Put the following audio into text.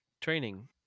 Training